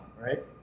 right